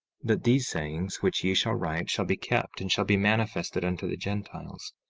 that these sayings which ye shall write shall be kept and shall be manifested unto the gentiles,